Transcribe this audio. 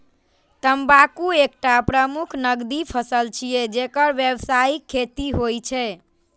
तंबाकू एकटा प्रमुख नकदी फसल छियै, जेकर व्यावसायिक खेती होइ छै